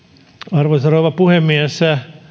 arvoisa rouva puhemies